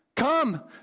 Come